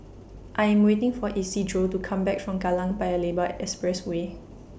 I Am waiting For Isidro to Come Back from Kallang Paya Lebar Expressway